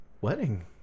wedding